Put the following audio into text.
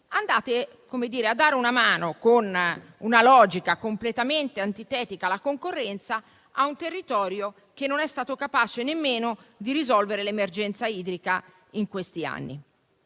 date una mano, con una logica completamente antitetica alla concorrenza, a un territorio che non è stato capace nemmeno di risolvere l'emergenza idrica in questi anni.